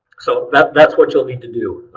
so that's that's what you'll need to do.